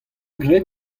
graet